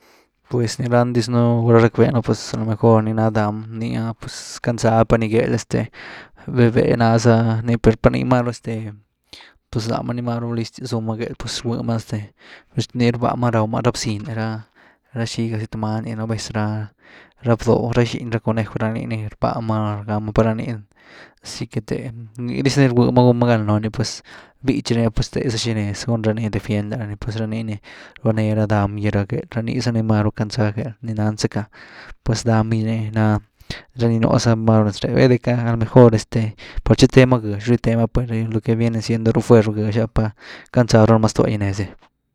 Pues nii nandyz nu gulá ni rackbëenu a lo mejor nii ná dáham, nii ah pues candza-pa’ny gehel, este véh- véh ná za ni, per par niimáru este, pues lám ni maru listyas zúma gehel, pues este rgwy ma este, nii rbá ma raw ma ra bziny ra – ra xigázy tu many nú vez ra. Ra bdoo, rá xiny conejw ra nii ni rbáh ma raw’ma per rá nii ni asy que te’, nii dis ni rgwëe ma gun ma gán loon, pues bítxy niah pues tegha za xi xnez gun rani defiend lára ni pues ra nii ni rbáa néh ra dáham gy gehel, rá ni iza ni máru clandzaa gehel, nii nan zacka pues daham gy ni nii na, ra ni núhza máru nez ré bayde maru mejor este par chywteema gëx chywteema, pues rëny ruh que viene siendo ruh fuer loo gëx ah, per kändzaa ruma ztogy nez gy.